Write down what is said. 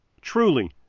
Truly